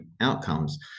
outcomes